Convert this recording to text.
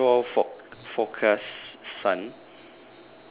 it's a shore forec~ forecast sun